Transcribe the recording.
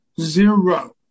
Zero